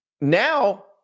now